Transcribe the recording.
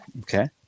Okay